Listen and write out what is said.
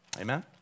Amen